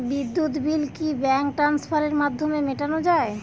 বিদ্যুৎ বিল কি ব্যাঙ্ক ট্রান্সফারের মাধ্যমে মেটানো য়ায়?